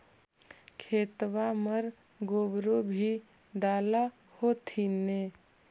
खेतबा मर गोबरो भी डाल होथिन न?